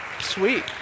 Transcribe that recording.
sweet